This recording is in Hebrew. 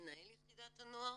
מנהל יחידת הנוער